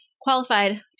qualified